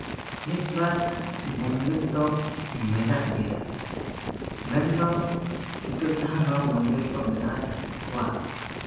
ᱢᱤᱫᱵᱟᱨ ᱢᱚᱱᱫᱤᱨ ᱫᱚ ᱢᱮᱱᱟᱜ ᱜᱮᱭᱟ ᱢᱮᱱ ᱫᱚ ᱱᱤᱛᱚᱜ ᱡᱟᱦᱟᱸ ᱢᱚᱱᱫᱤᱨ ᱠᱚ ᱢᱮᱱᱟᱜᱼᱟ ᱠᱚᱣᱟᱜ